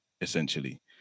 essentially